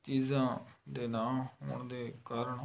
ਚੀਜ਼ਾਂ ਦੇ ਨਾ ਹੋਣ ਦੇ ਕਾਰਨ